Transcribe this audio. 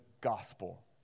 Gospel